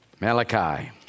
Malachi